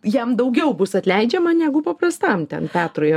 jam daugiau bus atleidžiama negu paprastam ten petrui